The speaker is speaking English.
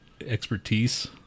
expertise